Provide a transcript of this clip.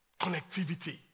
connectivity